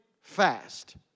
fast